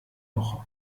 woche